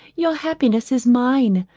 your happiness is mine.